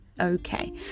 Okay